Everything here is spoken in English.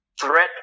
threat